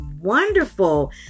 wonderful